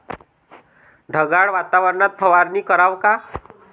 ढगाळ वातावरनात फवारनी कराव का?